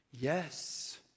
Yes